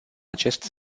acest